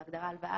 בהגדרה "הלוואה",